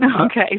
Okay